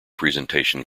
presentation